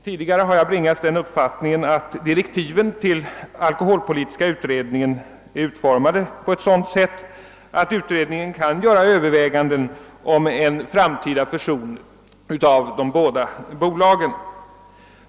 Tidigare har jag bibringats den uppfattningen att direktiven till alkoholpolitiska utredningen är utformade på sådant sätt att utredningen kan göra överväganden om en framtida fusion av de båda bolagen.